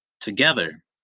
together